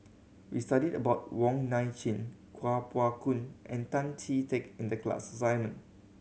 we studied about Wong Nai Chin Kuo Pao Kun and Tan Chee Teck in the class assignment